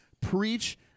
preach